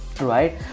right